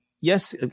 yes